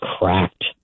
cracked